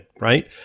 right